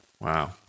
Wow